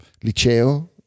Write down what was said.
liceo